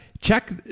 check